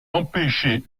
empêché